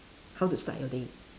how to start your day